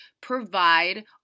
provide